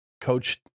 Coach